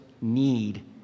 need